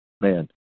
man